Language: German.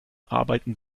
arbeiten